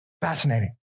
Fascinating